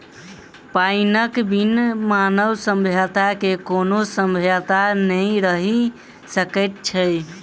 पाइनक बिन मानव सभ्यता के कोनो सभ्यता नै रहि सकैत अछि